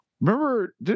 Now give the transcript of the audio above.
remember